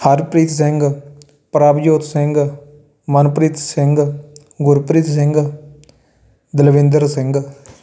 Harpreet Singh Prabhjot Singh Manpreet Singh Gurpreet Singh Dalvinder Singh